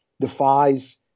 defies